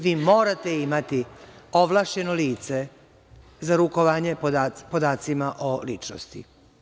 Vi morate imati ovlašćeno lice za rukovanje podacima o ličnosti.